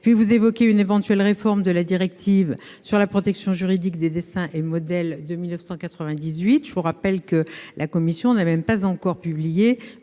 Vous évoquez une éventuelle réforme de la directive sur la protection juridique des dessins et modèles de 1998. Or la Commission n'a même pas encore publié